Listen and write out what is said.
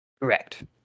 Correct